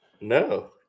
No